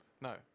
No